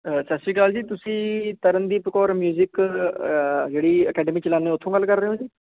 ਸਤਿ ਸ਼੍ਰੀ ਅਕਾਲ ਜੀ ਤੁਸੀਂ ਤਰਨਦੀਪ ਕੌਰ ਮਿਊਜ਼ਿਕ ਜਿਹੜੀ ਅਕੈਡਮੀ ਚਲਾਉਂਦੇ ਉੱਥੋਂ ਗੱਲ ਕਰ ਰਹੇ ਹੋ ਜੀ